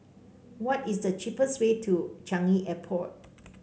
what is the cheapest way to Changi Airport